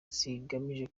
zigamije